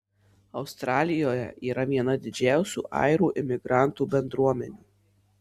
australijoje yra viena didžiausių airių imigrantų bendruomenių